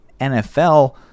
NFL